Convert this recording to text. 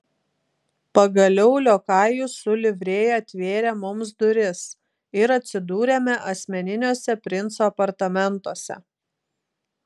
pagaliau liokajus su livrėja atvėrė mums duris ir atsidūrėme asmeniniuose princo apartamentuose